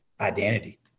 identity